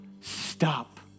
stop